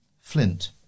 flint